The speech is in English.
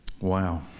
Wow